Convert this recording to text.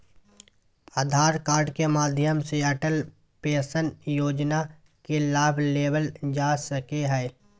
आधार card के माध्यम से अटल पेंशन योजना के लाभ लेवल जा सको हय